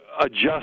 adjust